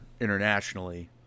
internationally